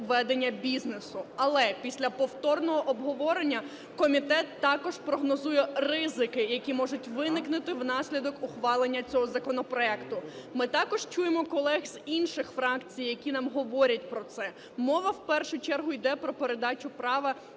ведення бізнесу. Але після повторного обговорення комітет також прогнозує ризики, які можуть виникнути внаслідок ухвалення цього законопроекту. Ми також чуємо колег з інших фракцій, які нам говорять про це. Мова, в першу чергу, йде про передачу права